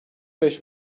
beş